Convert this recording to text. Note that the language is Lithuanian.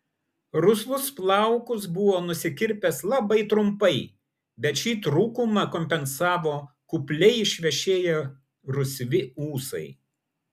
rusvus plaukus buvo nusikirpęs labai trumpai bet šį trūkumą kompensavo kupliai išvešėję rusvi ūsai